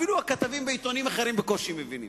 אפילו הכתבים בעיתונים אחרים בקושי מבינים.